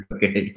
Okay